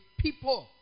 people